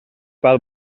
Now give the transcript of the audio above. val